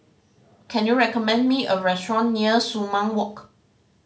can you recommend me a restaurant near Sumang Walk